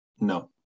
No